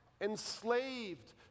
enslaved